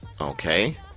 Okay